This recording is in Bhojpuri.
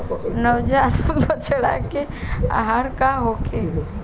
नवजात बछड़ा के आहार का होखे?